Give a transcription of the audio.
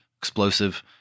explosive